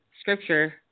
scripture